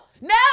No